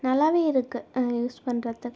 நல்லா இருக்கு யூஸ் பண்ணுறத்துக்கு